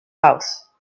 house